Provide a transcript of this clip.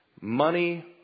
Money